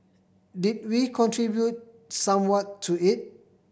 did we contribute somewhat to it